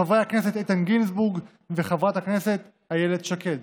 חבר הכנסת איתן גינזבורג וחברת הכנסת איילת שקד,